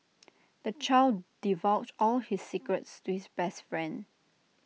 the child divulged all his secrets to his best friend